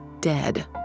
dead